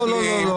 לא, לא, לא.